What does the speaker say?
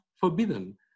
forbidden